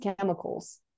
chemicals